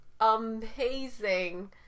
amazing